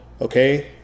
okay